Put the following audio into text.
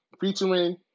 featuring